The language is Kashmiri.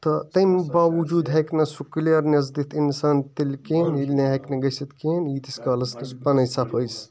تہٕ تَمہِ باوجوٗد ہیٚکہِ نہٕ سُہ کٕلیرنیٚس دِتھ اِنسان تیٚلہِ کہیٖنۍ ییٚلہِ نہٕ ہیٚکہِ نہٕ گٔژھِتھ کہیٖنۍ ییٖتِس کالَس نہٕ سُہ پَنٕنۍ صَفٲیی